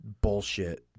bullshit